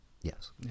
Yes